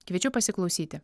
kviečiu pasiklausyti